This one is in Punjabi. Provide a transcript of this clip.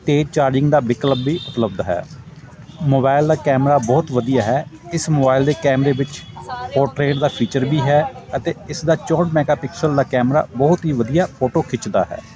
ਅਤੇ ਚਾਰਜਿੰਗ ਦਾ ਵਿਕਲਪ ਵੀ ਉਪਲਬਧ ਹੈ ਮੋਬਾਇਲ ਦਾ ਕੈਮਰਾ ਬਹੁਤ ਵਧੀਆ ਹੈ ਇਸ ਮੋਬਾਈਲ ਦੇ ਕੈਮਰੇ ਵਿੱਚ ਪੋਟਰੇਟ ਦਾ ਫੀਚਰ ਵੀ ਹੈ ਅਤੇ ਇਸਦਾ ਚੌਂਹਠ ਮੈਂਗਾਪਿਕਸਲ ਦਾ ਕੈਮਰਾ ਬਹੁਤ ਹੀ ਵਧੀਆ ਫੋਟੋ ਖਿੱਚਦਾ ਹੈ